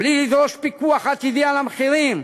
בלי לדרוש פיקוח עתידי על המחירים,